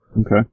Okay